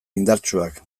indartsuak